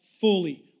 fully